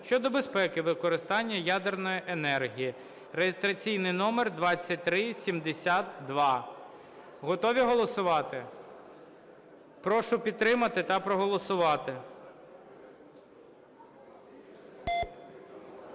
щодо безпеки використання ядерної енергії (реєстраційний номер 2372). Готові голосувати? Прошу підтримати та проголосувати.